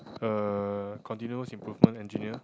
uh continuous improvement engineer